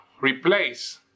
replace